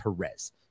Perez